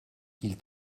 ils